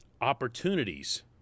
opportunities